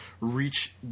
reach